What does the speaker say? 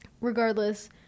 Regardless